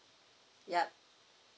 yup